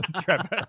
trevor